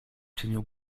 cieniu